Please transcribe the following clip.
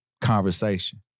conversation